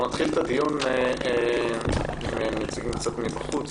אנחנו נתחיל את הדיון עם נציגים מבחוץ,